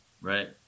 Right